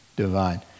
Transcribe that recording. divine